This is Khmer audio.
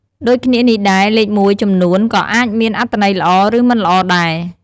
ដូចគ្នានេះដែរ លេខមួយចំនួនក៏អាចមានអត្ថន័យល្អ ឬមិនល្អដែរ។